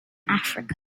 africa